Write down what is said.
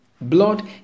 blood